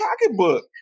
pocketbook